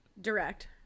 Direct